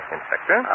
Inspector